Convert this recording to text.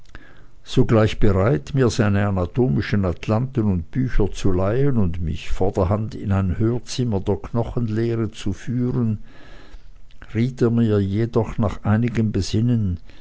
sogleich bereit mir seine anatomischen atlanten und bücher zu leihen und mich vorderhand in ein hörzimmer der knochenlehre zu führen riet er mir jedoch nach einigem besinnen